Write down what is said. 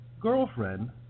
girlfriend